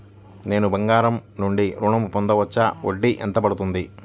నేను బంగారం నుండి ఋణం పొందవచ్చా? వడ్డీ ఎంత పడుతుంది?